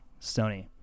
sony